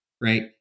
right